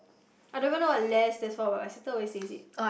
I don't even know what lel stands for but my sister always says it